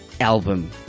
album